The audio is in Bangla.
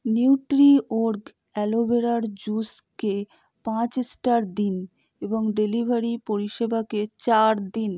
নিউট্রিঅর্গ অ্যালোভেরার জুসকে পাঁচ স্টার দিন এবং ডেলিভারি পরিষেবাকে চার দিন